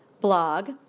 blog